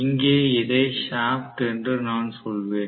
இங்கே இதை ஷாப்ட் என்று நான் சொல்வேன்